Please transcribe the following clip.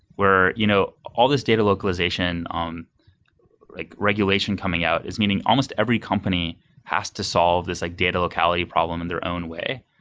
where you know all this data localization, like regulation coming out, is meaning almost every company has to solve this like data locality problem in their own way.